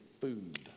food